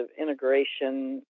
integration